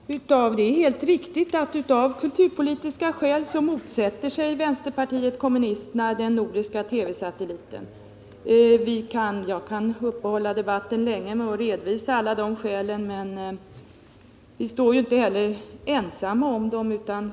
rådets kulturbudget Herr talman! Det är alldeles riktigt att av kulturpolitiska skäl motsätter sig vänsterpartiet kommunisterna den nordiska TV-satelliten. Jag kunde uppehålla debatten länge med att redovisa alla skälen, men vi står ju inte ensamma.